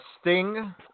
Sting